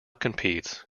competes